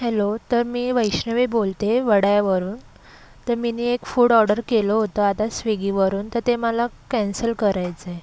hello तर मी वैष्णवी बोलते आहे वडाळ्यावरून तर मी एक फूड ऑर्डर केलं होतं आता स्विगीवरून तर ते मला कॅन्सल करायचं आहे